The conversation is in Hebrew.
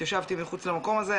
התיישבתי מחוץ למקום הזה,